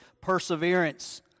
perseverance